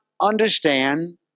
understand